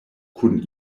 kun